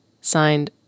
Signed